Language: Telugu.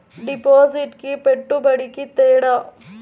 డిపాజిట్కి పెట్టుబడికి తేడా?